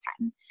time